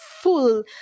full